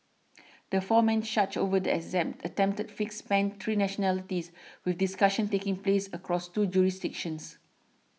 the four men charged over the exam attempted fix spanned three nationalities with discussions taking place across two jurisdictions